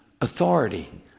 authority